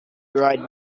right